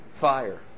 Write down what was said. fire